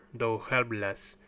though helpless,